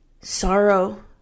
sorrow